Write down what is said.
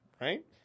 right